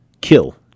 Kill